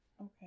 Okay